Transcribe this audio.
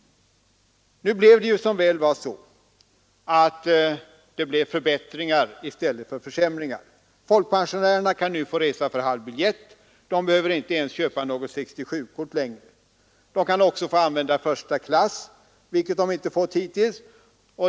Nu blev det som väl var förbättringar i stället för försämringar. Folkpensionärerna kan nu få resa på halv biljett. De behöver inte ens köpa något 67-kort längre. De kan också få använda första klass, vilket de inte fått hittills.